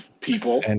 people